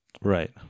Right